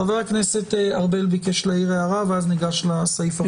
חבר הכנסת ארבל ביקש להעיר הערה ואז ניגש לסעיף הראשון.